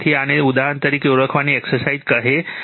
તેથી આને તે ઉદાહરણ તરીકે ઓળખવાની એક્સરસાઇઝ કહે છે